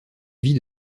vie